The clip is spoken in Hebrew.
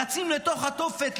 רצים לתוך התופת,